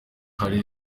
hari